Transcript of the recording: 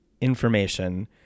information